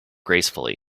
gracefully